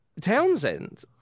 Townsend